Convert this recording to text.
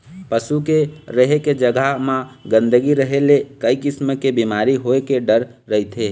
पशु के रहें के जघा म गंदगी रहे ले कइ किसम के बिमारी होए के डर रहिथे